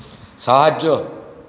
সাহায্য